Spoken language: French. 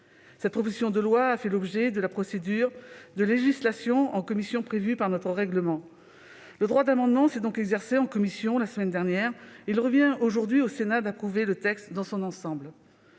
Cette proposition de loi a fait l'objet de la procédure de législation en commission prévue par notre règlement. Le droit d'amendement s'est donc exercé en commission la semaine dernière, et il revient aujourd'hui au Sénat d'approuver le texte dans son ensemble.